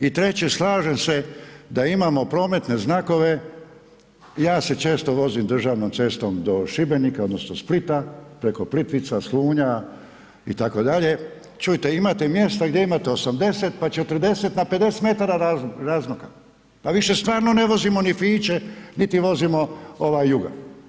I treće, slažem se da imamo prometne znakove, ja se često vozim državnom cestom do Šibenika odnosno Splita preko Plitvica, Slunja itd., čujte, imate mjesta gdje imate 80 pa 40 na 50 m razmaka, pa više stvarno ne vozimo ni Fiće niti vozimo Yuga.